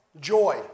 Joy